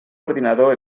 ordinador